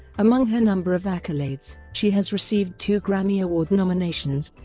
among her number of accolades, she has received two grammy award nominations,